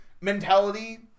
mentality